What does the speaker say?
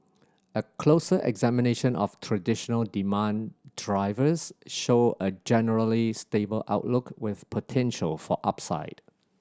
a closer examination of traditional demand drivers show a generally stable outlook with potential for upside